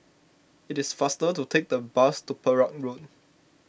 it is faster to take the bus to Perak Road